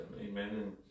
Amen